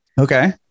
Okay